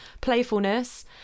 playfulness